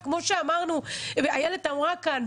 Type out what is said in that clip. וכמו שאמרנו ואיילת אמרה כאן,